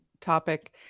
topic